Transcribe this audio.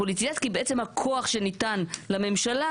פוליטיזציה כי בעצם הכוח שניתן לממשלה